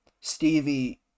Stevie